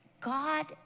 God